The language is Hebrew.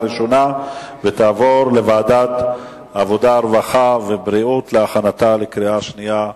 לוועדת העבודה, הרווחה והבריאות נתקבלה.